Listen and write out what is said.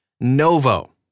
Novo